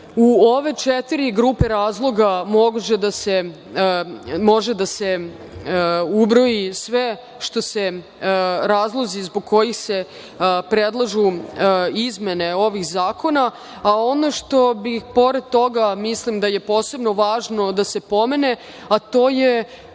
u ove četiri grupe razloga može da se ubroji sve, razlozi zbog kojih se predlažu izmene ovih zakona. Ono što mislim da je pored toga posebno važno da se pomene, a to je